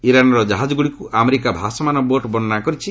ଇରାନ୍ର ଜାହାଜଗୁଡ଼ିକୁ ଆମେରିକା ଭାସମାନ ବୋଟ୍ ବର୍ଷ୍ଣନା କରିଛି